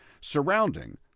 surrounding